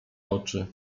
oczy